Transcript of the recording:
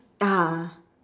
(uh huh)